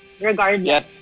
regardless